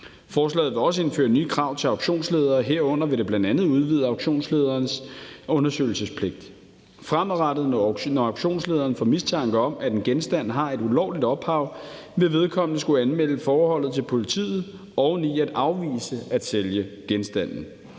Forslaget vil også indføre nye krav til auktionsledere, herunder vil det bl.a. udvide auktionslederens undersøgelsespligt. Når auktionslederen fremadrettet får mistanken om, at en genstand har et ulovligt ophav, vil vedkommende skulle anmelde forholdet til politiet og oveni afvise at sælge genstanden.